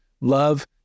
love